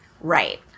Right